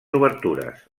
obertures